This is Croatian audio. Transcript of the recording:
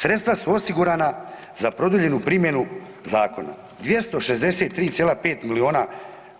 Sredstva su osigurana za produljenu primjenu zakona 263,5 milijuna